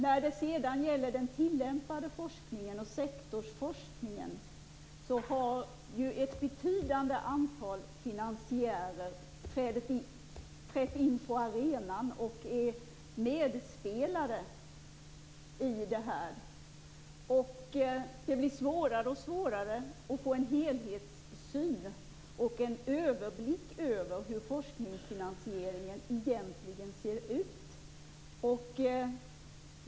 När det sedan gäller den tillämpade forskningen och sektorsforskningen har ett betydande antal finansiärer trätt in på arenan och är nu medspelare i det här. Det blir svårare och svårare att få en helhetssyn på och en överblick över hur forskningsfinansieringen egentligen ser ut.